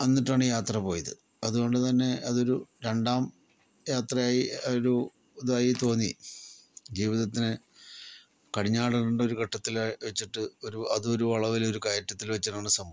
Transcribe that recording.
എന്നിട്ടാണ് യാത്ര പോയത് അതുകൊണ്ട് തന്നെ അതൊരു രണ്ടാം യാത്രയായി അതൊരു ഇതായി തോന്നി ജീവിതത്തിന് കടിഞ്ഞാണിടണ്ടൊരു ഘട്ടത്തില് വച്ചിട്ട് ഒരു അതൊരു വളവില് ഒരു കയറ്റത്തില് വച്ചിട്ടാണ് സംഭവിച്ചത്